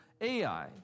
AI